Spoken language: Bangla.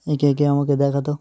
এঁকে এঁকে আমাকে দেখাতো